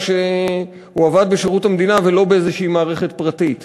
הוא עבד בשירות המדינה ולא באיזושהי מערכת פרטית.